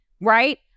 Right